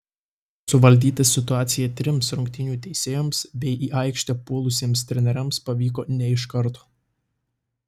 suvaldyti situaciją trims rungtynių teisėjoms bei į aikštę puolusiems treneriams pavyko ne iš karto